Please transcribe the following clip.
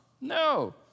no